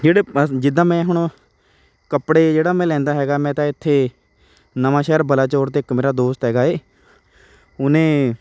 ਜਿਹੜੇ ਪਸ ਜਿੱਦਾਂ ਮੈਂ ਹੁਣ ਕੱਪੜੇ ਜਿਹੜਾ ਮੈਂ ਲੈਂਦਾ ਹੈਗਾ ਮੈਂ ਤਾਂ ਇੱਥੇ ਨਵਾਂਸ਼ਹਿਰ ਬਲਾਚੋਰ 'ਤੇ ਇੱਕ ਮੇਰਾ ਦੋਸਤ ਹੈਗਾ ਹੈ ਉਹਨੇ